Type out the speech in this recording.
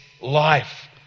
life